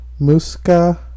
Muska